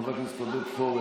חבר הכנסת עודד פורר,